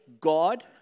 God